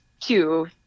two